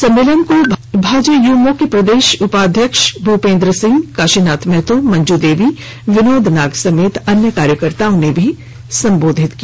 सम्मेलन को भाजयुमो के प्रदेश उपाध्यक्ष भूपेंद्र सिंह काशीनाथ महतो मंजू देवी विनोद नाग समेत अन्य कार्यक्ताओं ने भी संबोधित किया